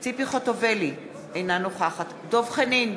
ציפי חוטובלי, אינה נוכחת דב חנין,